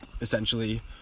essentially